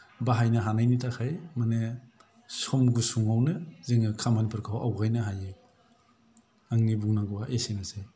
बाहायनो हानायनि थाखाय माने सम गुसुंआवनो जोङो खामानिफोरखौ आवगायनो हायो आंनि बुंनांगौआ एसेनोसै